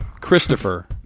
Christopher